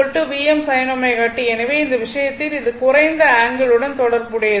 V Vm sin ω t எனவே இந்த விஷயத்தில் இது குறைந்த ஆங்கிள் உடன் தொடர்புடையது